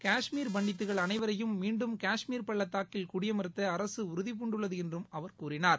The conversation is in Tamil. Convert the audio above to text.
காஷ்மீரி பண்டித்துகள் அனைவரையும் மீண்டும் காஷ்மீர் பள்ளத்தாக்கில் குடியமர்த்த அரசு உறுதிபூண்டுள்ளது என்றும் அவர் கூறினார்